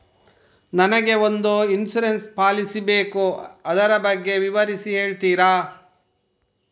ನನಗೆ ಒಂದು insurance policy ಬೇಕು ಅದರ ಬಗ್ಗೆ ವಿವರಿಸಿ ಹೇಳುತ್ತೀರಾ?